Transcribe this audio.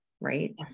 Right